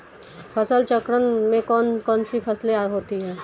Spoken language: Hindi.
फसल चक्रण में कौन कौन सी फसलें होती हैं?